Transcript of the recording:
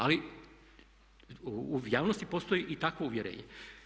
Ali u javnosti postoji i takvo uvjerenje.